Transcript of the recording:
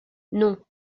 non